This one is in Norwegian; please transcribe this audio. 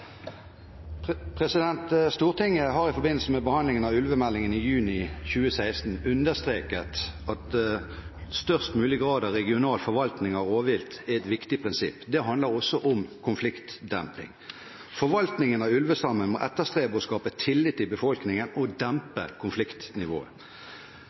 Stortinget har i forbindelse med behandlingen av ulvemeldingen i juni 2016 understreket at størst mulig grad av regional forvaltning av rovvilt er et viktig prinsipp. Det handler også om konfliktdemping. Forvaltningen av ulvestammen må etterstrebe å skape tillit i befolkningen og